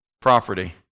Property